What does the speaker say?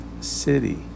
city